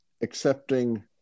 accepting